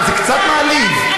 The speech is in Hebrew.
זה קצת מעליב.